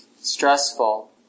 stressful